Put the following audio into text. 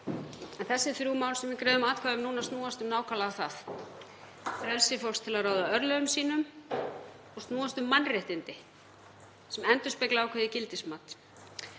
Þessi þrjú mál sem við greiðum atkvæði um núna snúast um nákvæmlega það; frelsi fólks til að ráða örlögum sínum og um mannréttindi sem endurspeglar ákveðið gildismat.